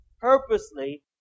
purposely